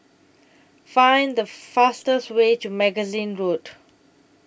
Find The fastest Way to Magazine Road